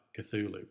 Cthulhu